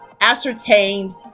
ascertained